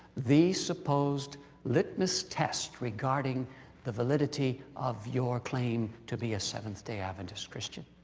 the supposed litmus test regarding the validity of your claim to be a seventh-day adventist christian.